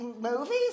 movies